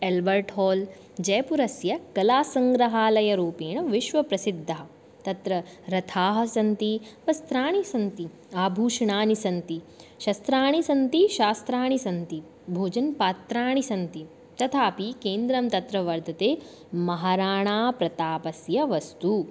Albert Hall जयपुरस्य कलासङ्ग्रहालयरूपेण विश्वप्रसिद्धः तत्र रथाः सन्ति वस्त्राणि सन्ति आभूषणानि सन्ति शस्त्राणि सन्ति शास्त्राणि सन्ति भोजनपात्राणि सन्ति तथापि केन्द्रं तत्र वर्तते महाराणा प्रतापस्य वस्तु